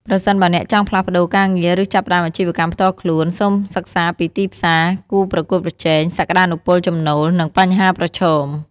ប្រសិនបើអ្នកចង់ផ្លាស់ប្ដូរការងារ ឬចាប់ផ្ដើមអាជីវកម្មផ្ទាល់ខ្លួន សូមសិក្សាពីទីផ្សារ គូប្រកួតប្រជែង សក្ដានុពលចំណូល និងបញ្ហាប្រឈម។